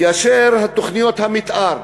כאשר תוכניות המתאר,